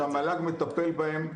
יש נושאים משפטיים שהמל"ג מטפל בהם,